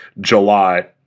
July